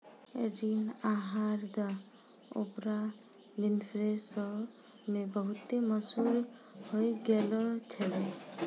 ऋण आहार द ओपरा विनफ्रे शो मे बहुते मशहूर होय गैलो छलै